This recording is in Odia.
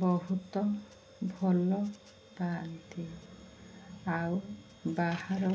ବହୁତ ଭଲ ପାଆନ୍ତି ଆଉ ବାହାରୁ